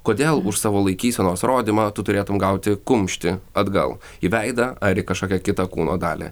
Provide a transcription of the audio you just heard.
kodėl už savo laikysenos rodymą tu turėtum gauti kumštį atgal į veidą ar į kažkokią kitą kūno dalį